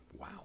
Wow